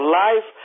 life